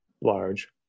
large